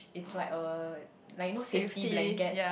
it's like a like you know safety blanket